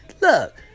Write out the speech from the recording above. Look